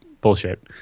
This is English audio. bullshit